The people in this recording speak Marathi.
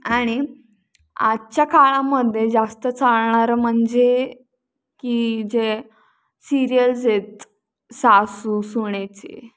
आणि आजच्या काळामध्ये जास्त चालणारं म्हणजे की जे सिरियल्स आहेत सासू सुनेचे